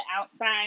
outside